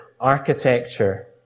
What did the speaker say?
architecture